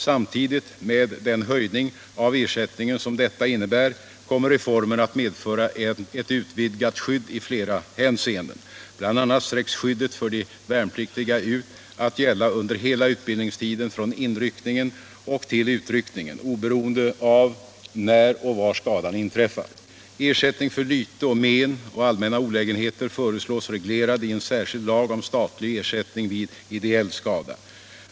Samtidigt med den höjning av ersättningarna som detta innebär kommer reformen att medföra ett utvidgat skydd i flera hänseenden. BI. a. sträcks skyddet för de värnpliktiga ut att gälla under hela utbildningstiden från inryckningen och till utryckningen, oberoende av när och var skadan inträffar. Ersättning för lyte och men och allmänna olägenheter föreslås reglerad i en särskild lag om statlig ersättning vid ideell skada.